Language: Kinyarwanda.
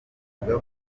avuga